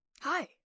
Hi